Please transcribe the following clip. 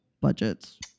budgets